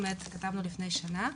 כתבנו לפני שנה.